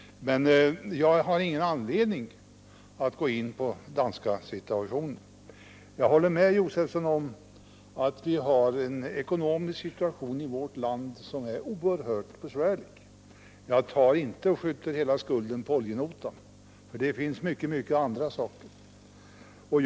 Men jag har ingen anledning att gå in på den danska situationen. Jag håller med Stig Josefson om att vi har en ekonomisk situation i vårt land som är oerhört besvärlig. Jag skjuter inte hela skulden på oljenotan — det finns många andra saker som kan komma i fråga.